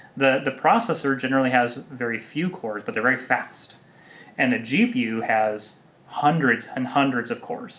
the the processor generally has very few cores but they're very fast and a gpu has hundreds and hundreds of cores